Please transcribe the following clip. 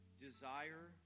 desire